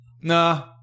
Nah